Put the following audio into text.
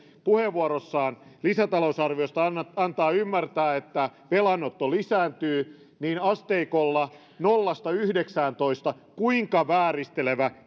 puheenvuorossaan lisätalousarviosta antaa ymmärtää että velanotto lisääntyy niin asteikolla nollasta yhdeksääntoista kuinka vääristelevä